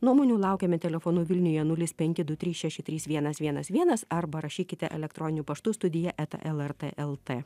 nuomonių laukiame telefonu vilniuje nulis penki du trys šeši trys vienas vienas vienas arba rašykite elektroniniu paštu studija eta lrt lt